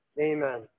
Amen